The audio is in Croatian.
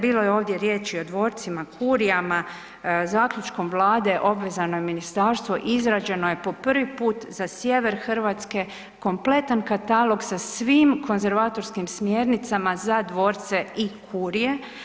Bilo je ovdje riječi o dvorcima, kurijama, zaključkom Vlade obvezano je ministarstvo, izrađeno je po prvi put za sjever Hrvatske kompletan katalog sa svim konzervatorskim smjernicama za dvorce i kurije.